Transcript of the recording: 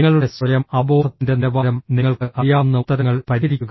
നിങ്ങളുടെ സ്വയം അവബോധത്തിന്റെ നിലവാരം നിങ്ങൾക്ക് അറിയാവുന്ന ഉത്തരങ്ങൾ പരിഹരിക്കുക